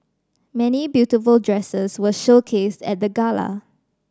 many beautiful dresses were showcased at the gala